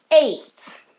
eight